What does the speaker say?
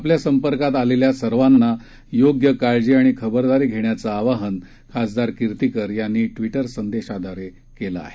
आपल्या संपर्कात आलेल्या सर्वांना योग्य काळजी आणि खबरदारी घेण्याचं आवाहन खासदार कीर्तिकर यांनी ट्वीटर संदेशाद्वारे केलं आहे